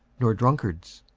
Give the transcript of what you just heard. nor drunkards,